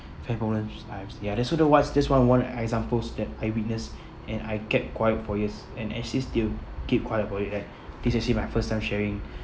family problems I have ya so that's what just one one examples that I witness and I kept quiet for years and actually still keep quiet about it like this actually my first time sharing